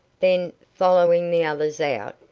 then, following the others out,